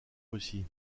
russie